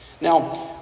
Now